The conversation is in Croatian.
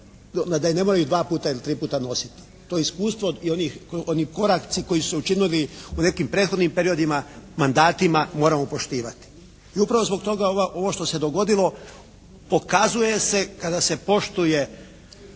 da ih ne moraju dva puta ili tri puta nositi. To je iskustvo i onih, oni koraci koji su se učinili u nekim prethodnim periodima, mandatima moramo poštivati. I upravo zbog toga ovo što se dogodilo pokazalo se kada se poštuje